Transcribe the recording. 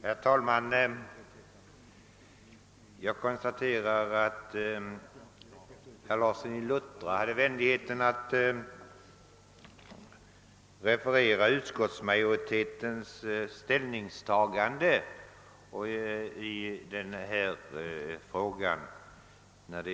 Herr talman! Jag konstaterar att herr Larsson i Luttra haft vänligheten att referera konstitutionsutskottsmajoritetens ställningstagande i denna fråga.